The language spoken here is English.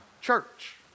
Church